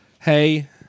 Hey